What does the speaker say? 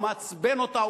הוא מעצבן אותה,